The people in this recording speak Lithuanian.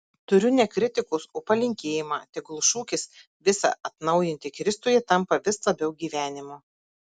turiu ne kritikos o palinkėjimą tegul šūkis visa atnaujinti kristuje tampa vis labiau gyvenimu